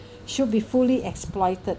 should be fully exploited